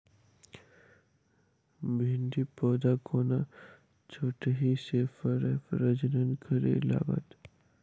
भिंडीक पौधा कोना छोटहि सँ फरय प्रजनन करै लागत?